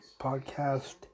podcast